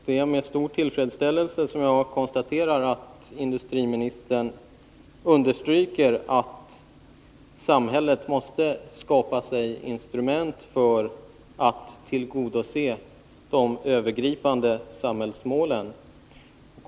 Det är med stor tillfredsställelse som jag konstaterar att industriministern understryker att den ena handlingslinjen är att samhället skapar instrument för att tillgodose de övergripande samhällsmålen.